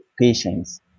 patients